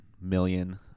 million